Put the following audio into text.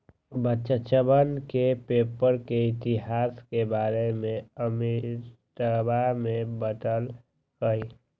बच्चवन के पेपर के इतिहास के बारे में अमितवा ने बतल कई